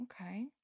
okay